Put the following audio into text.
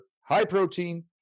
high-protein